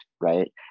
right